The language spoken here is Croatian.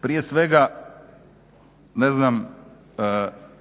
Prije svega, ne znam,